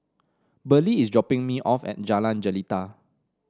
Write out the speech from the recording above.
Burley is dropping me off at Jalan Jelita